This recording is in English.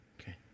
Okay